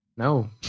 No